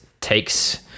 takes